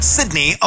Sydney